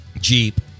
Jeep